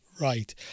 right